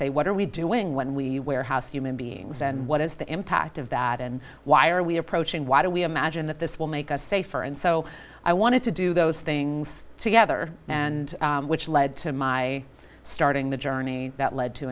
say what are we doing when we warehouse human beings and what is the impact of that and why are we approaching why do we have imagined that this will make us safer and so i wanted to do those things together and which led to my starting the journey that led to